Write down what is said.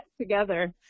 together